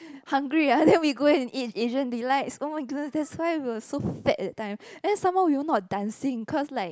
hungry ah then we go and eat Asian delights oh my goodness that's why we were so fat that time then some more we were not dancing